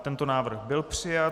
Tento návrh byl přijat.